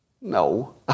No